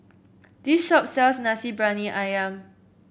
this shop sells Nasi Briyani ayam